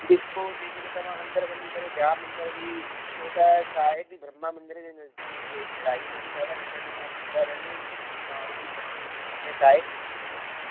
ॾिस पोइ जे कॾहिं तव्हां अंदरि वञी करे ॿिया मंदर बि छो त छाए कि ब्रह्मा मंदर जे नज़दीक वेझड़ाई में बि ॾाढा नंढा नंढा मंदर आहिनि जिनि जी पाण जी पुराणी कीमियत आहे